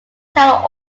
town